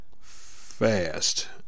fast